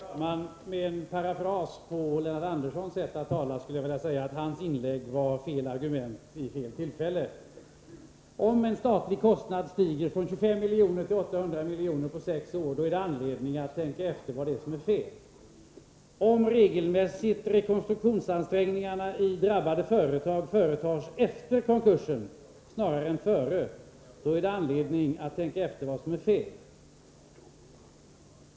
Herr talman! Med en parafras på Lennart Anderssons sätt att tala skulle jag vilja säga att hans inlägg var fel argument vid fel tillfälle. Om en statlig kostnad stiger från 25 miljoner till 800 miljoner på sex år, finns det anledning att tänka efter vad som är fel. Om rekonstruktionsansträngningarna i drabbade företag regelmässigt görs efter snarare än före konkursen, har man också anledning att tänka efter vad som är fel.